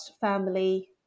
family